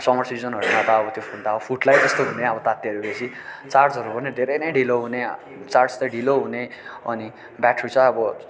summer सिजनहरूमा त अब त्यो फोन त फुट्ला नै जस्तो हुने अब तात्तिएर बेसि चार्जहरू पनि धेरै नै ढिलो हुने चार्ज चाहिँ ढिलो हुने अनि ब्याट्री चाहिँ अब